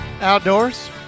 Outdoors